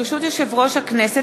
ברשות יושב-ראש הכנסת,